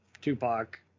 Tupac